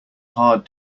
hard